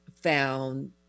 found